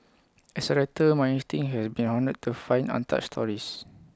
as A writer my instinct has been honed to find untouched stories